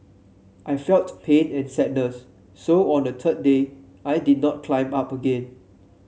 I felt pain and sadness so on the third day I did not climb up again